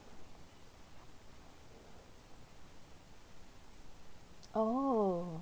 oh